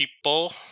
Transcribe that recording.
people